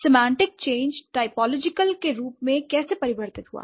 semantic change typological के रूप में कैसे परिवर्तित हुआ